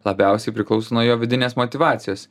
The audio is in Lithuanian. labiausiai priklauso nuo jo vidinės motyvacijos